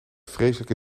vreselijke